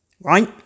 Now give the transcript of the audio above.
Right